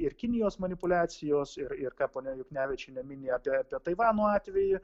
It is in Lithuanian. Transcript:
ir kinijos manipuliacijos ir ir ką ponia juknevičienė mini apie tą taivano atvejį